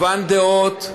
מגוון דעות.